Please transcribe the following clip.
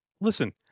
Listen